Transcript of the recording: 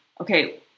okay